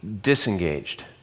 disengaged